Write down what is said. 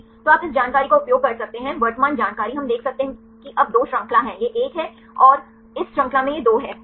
तो आप इस जानकारी का उपयोग कर सकते हैं वर्तमान जानकारी हम देख सकते हैं कि अब 2 श्रृंखला हैं यह एक है और इस श्रृंखला में यह दो है सही